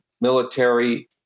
military